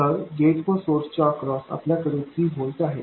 तर गेट व सोर्स च्या अक्रॉस आपल्याकडे 3 व्होल्ट आहेत